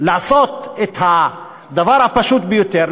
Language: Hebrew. לעשות את הדבר הפשוט ביותר,